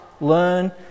learn